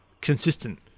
consistent